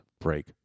break